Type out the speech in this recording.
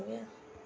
हो गया